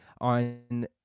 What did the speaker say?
on